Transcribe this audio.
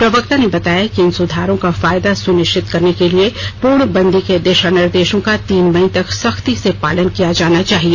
प्रवक्ता ने बताया कि इन सुधारों का फायदा सुनिश्चित करने के लिए पूर्णबंदी के दिशा निर्देशों का तीन मई तक संख्ती से पालन किया जाना चाहिए